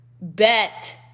bet